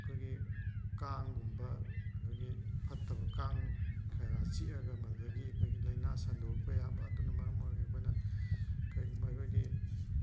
ꯑꯩꯈꯣꯏꯒꯤ ꯀꯥꯡꯒꯨꯝꯕ ꯑꯩꯈꯣꯏꯒꯤ ꯐꯠꯇꯕ ꯀꯥꯡ ꯀꯩꯀꯥ ꯆꯤꯛꯑꯒ ꯃꯗꯨꯗꯒꯤ ꯑꯩꯈꯣꯏꯒꯤ ꯂꯥꯏꯅꯥ ꯁꯟꯗꯣꯛꯄ ꯌꯥꯕ ꯑꯗꯨꯅ ꯃꯔꯝ ꯑꯣꯏꯔꯒ ꯑꯩꯈꯣꯏꯅ ꯀꯔꯤꯒꯨꯝꯕ ꯑꯩꯈꯣꯏꯒꯤ